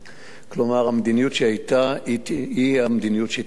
כלומר המדיניות שהיתה היא המדיניות שתהיה.